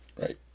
Right